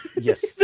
Yes